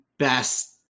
best